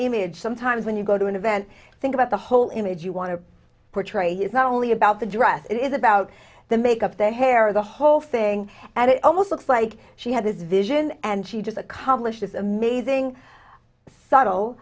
image sometimes when you go to an event think about the whole image you want to portray is not only about the dress it is about the makeup their hair the whole thing and it almost looks like she had this vision and she just accomplished is amazing s